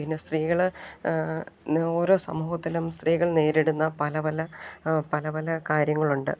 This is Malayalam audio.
പിന്നെ സ്ത്രീകൾ ഓരോ സമൂഹത്തിലും സ്ത്രീകൾ നേരിടുന്ന പല പല പല പല കാര്യങ്ങളുണ്ട്